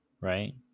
right